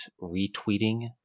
retweeting